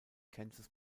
kansas